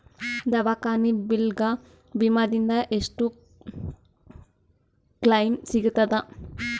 ದವಾಖಾನಿ ಬಿಲ್ ಗ ವಿಮಾ ದಿಂದ ಎಷ್ಟು ಕ್ಲೈಮ್ ಸಿಗತದ?